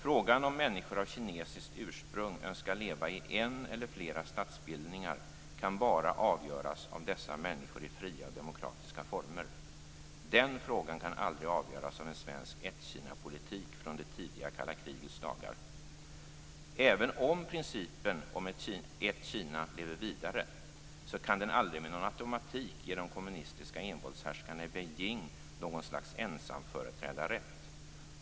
Frågan om människor av kinesiskt ursprung önskar leva i en eller flera statsbildningar kan bara avgöras av dessa människor i fria och demokratiska former. Den frågan kan aldrig avgöras av en svensk ett-Kina-politik från det tidiga kalla krigets dagar. Även om principen om ett Kina lever vidare kan den aldrig med någon automatik ge de kommunistiska envåldshärskarna i Beijing något slags ensamföreträdarrätt.